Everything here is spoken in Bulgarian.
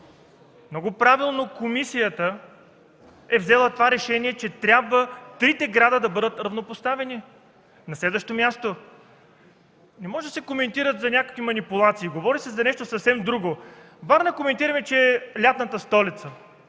много правилно комисията е взела това решение, че трябва трите града да бъдат равнопоставени. На следващо място, не може да се коментира за някакви манипулации. Говори се за нещо съвсем друго. Коментираме, че Варна е лятната столица.